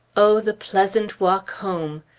o the pleasant walk home!